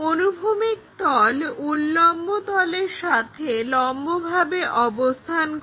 অনুভূমিক তল উল্লম্ব তলের সাথে লম্বভাবে অবস্থান করে